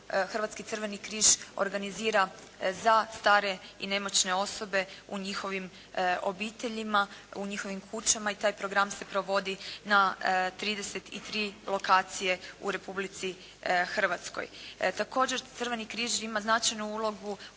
Hrvatski crveni križ organizira za stare i nemoćne osobe u njihovim obiteljima, u njihovim kućama. I taj program se provodi na 33 lokacije u Republici Hrvatskoj. Također Crveni križ ima značajnu ulogu